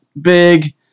big